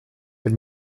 mit